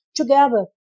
together